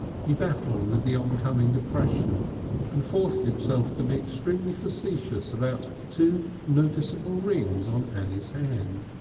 he battled with the oncoming depression and forced himself to be extremely facetious about two noticeable rings on annie's hand.